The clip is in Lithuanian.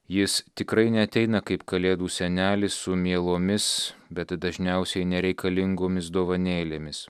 jis tikrai neateina kaip kalėdų senelis su mielomis bet dažniausiai nereikalingomis dovanėlėmis